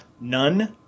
None